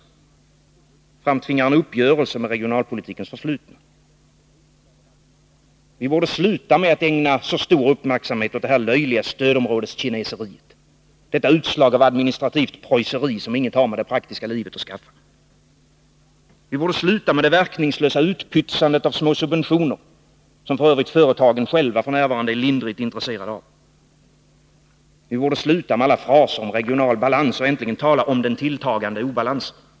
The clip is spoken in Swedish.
Den framtvingar en uppgörelse med regionalpolitikens förflutna. Vi borde sluta med att ägna så stor uppmärksamhet åt det löjliga stödområdeskineseriet, detta utslag av administrativt preusseri som inget har med det praktiska livet att skaffa. Vi borde sluta med det verkningslösa utpytsandet av små subventioner, som företagen själva f. ö. är lindrigt intresserade av. Vi borde sluta med alla fraser om regional balans och i stället äntligen börja tala om den tilltagande obalansen.